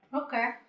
Okay